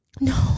no